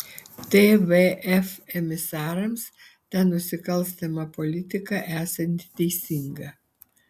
tvf emisarams ta nusikalstama politika esanti teisinga